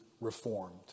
reformed